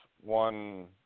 one